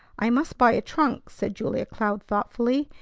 i must buy a trunk, said julia cloud thoughtfully,